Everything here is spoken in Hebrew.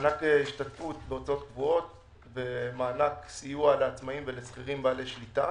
מענק ההשתתפות בהוצאות קבועות ומענק סיוע לעצמאים ולשכירים בעלי שליטה.